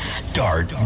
start